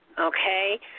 Okay